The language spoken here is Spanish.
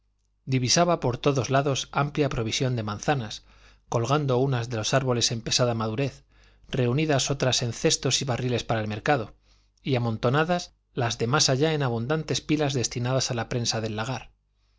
divisaba por todos lados amplia provisión de manzanas colgando unas de los árboles en pesada madurez reunidas otras en cestos y barriles para el mercado y amontonadas las de más allá en abundantes pilas destinadas a la prensa del lagar